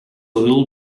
little